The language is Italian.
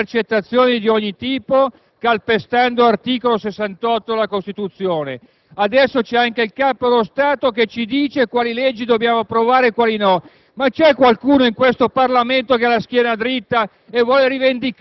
non ha alcuna considerazione nei nostri confronti e divulga intercettazioni di ogni tipo, calpestando l'articolo 68 della Costituzione. Adesso c'è anche il Capo dello Stato che ci dice quali leggi dobbiamo approvare e quali no.